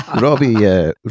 Robbie